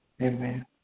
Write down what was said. Amen